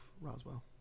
Roswell